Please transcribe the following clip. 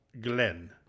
Glenn